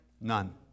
None